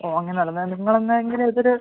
ഓ അങ്ങനെയാണ് അല്ലെ നിങ്ങൾ ഒന്ന് ഇങ്ങനെ ഇതിൽ